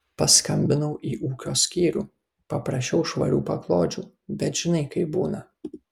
paskambinau į ūkio skyrių paprašiau švarių paklodžių bet žinai kaip būna